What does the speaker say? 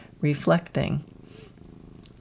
reflecting